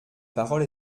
parole